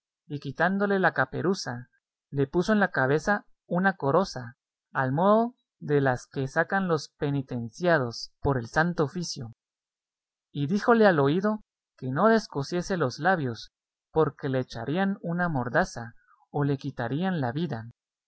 y quitándole la caperuza le puso en la cabeza una coroza al modo de las que sacan los penitenciados por el santo oficio y díjole al oído que no descosiese los labios porque le echarían una mordaza o le quitarían la vida